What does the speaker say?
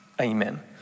amen